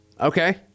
Okay